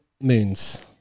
moons